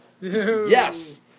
Yes